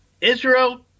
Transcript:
Israel